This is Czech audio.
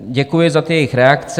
Děkuji za ty jejich reakce.